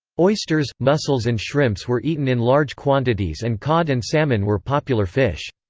oysters, mussels and shrimps were eaten in large quantities and cod and salmon were popular fish.